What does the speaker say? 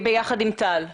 וטל בסון.